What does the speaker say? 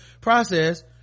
process